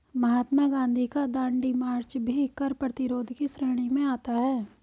महात्मा गांधी का दांडी मार्च भी कर प्रतिरोध की श्रेणी में आता है